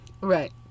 Right